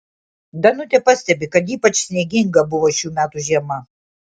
danutė pastebi kad ypač snieginga buvo šių metų žiema